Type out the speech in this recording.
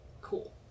Cool